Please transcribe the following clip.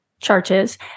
churches